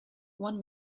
one